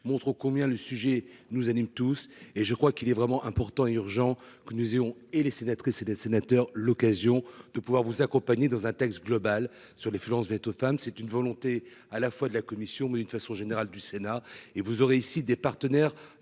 montre combien le sujet nous anime tous et je crois qu'il est vraiment important et urgent que nous ayons et les sénatrices et les sénateurs. L'occasion de pouvoir vous accompagner dans un texte global sur les violences véto femme c'est une volonté à la fois de la commission mais d'une façon générale du Sénat et vous aurez ici des partenaires